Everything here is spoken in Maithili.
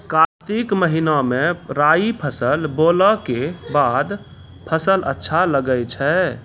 कार्तिक महीना मे राई फसल बोलऽ के बाद फसल अच्छा लगे छै